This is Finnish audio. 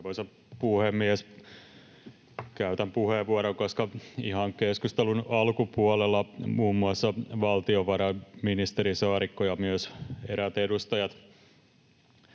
Arvoisa puhemies! Käytän puheenvuoron, koska ihan keskustelun alkupuolella muun muassa valtiovarainministeri Saarikko ja myös eräät edustajat